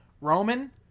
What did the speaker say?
Roman